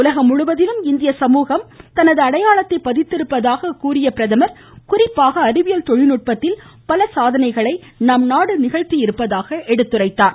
உலகம் முழுவதிலும் இந்திய சமூகம் தனது அடையாளத்தை பதித்திருப்பதாக கூறிய பிரதமர் குறிப்பாக அறிவியல் தொழில்நுட்பத்தில் பல சாதனைகளை நம்நாடு நிகழ்த்தியிருப்பதாக கூறினார்